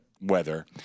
weather